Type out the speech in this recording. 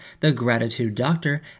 thegratitudedoctor